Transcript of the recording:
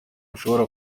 ashobora